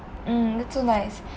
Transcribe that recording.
that's so nice